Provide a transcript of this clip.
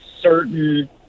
certain